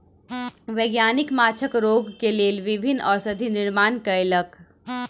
वैज्ञानिक माँछक रोग के लेल विभिन्न औषधि निर्माण कयलक